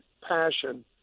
passion